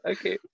Okay